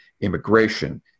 immigration